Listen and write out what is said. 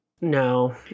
No